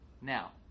Now